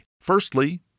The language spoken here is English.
Firstly